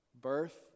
Birth